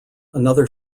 another